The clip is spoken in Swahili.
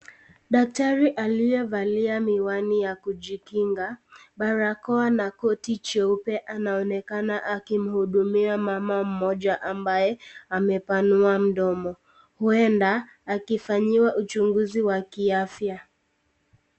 Daktari aliyevalia miwani ya kujikinga ,barakoa na koti jeupe anaonekana akimhudumia mama mmoja ambaye amepanua mdomo ,huenda akifanyiwa uchunguzi wa kiafya.